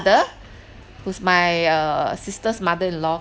mother who's my uh sister's mother in law